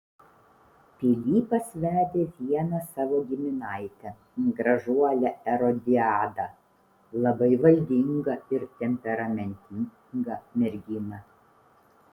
pilypas vedė vieną savo giminaitę gražuolę erodiadą labai valdingą ir temperamentingą merginą